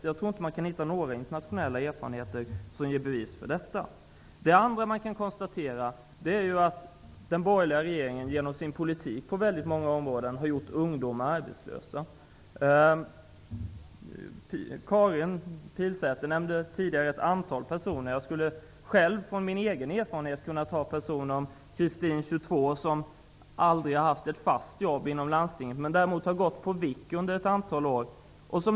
Jag tror inte att det finns någon internationell erfarenhet som bevisar detta. För det andra kan man konstatera att den borgerliga regeringen genom sin politik på väldigt många områden har gjort ungdomar arbetslösa. Karin Pilsäter nämnde tidigare ett antal personer. Jag skulle själv från min egen erfarenhet kunna berätta om Kristin, 22, som aldrig har haft ett fast jobb inom landstinget, men som däremot har vikarierat ett antal år.